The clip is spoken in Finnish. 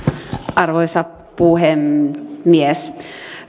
arvoisa puhemies